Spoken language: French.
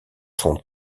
son